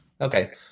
Okay